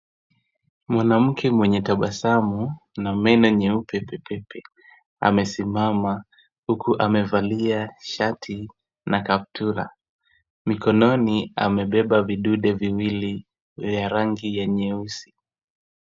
Mwanamke mwenye tabasamu na meno nyeupe pepepe amesimama, huku amevalia shati na kaptura. Mikononi amebeba vidude viwili vya rangi ya nyeusi.